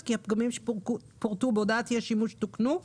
כי הפגמים שפורטו בהודעת אי השימוש תוקנו,